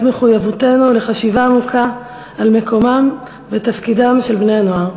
מחויבותנו לחשיבה עמוקה על מקומם ותפקידם של בני-הנוער.